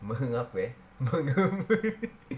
me~ apa eh